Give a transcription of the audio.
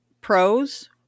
Pros